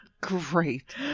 great